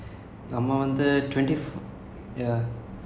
time travels but that [one] also like not unusual leh